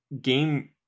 game